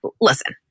listen